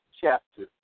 chapter